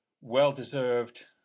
well-deserved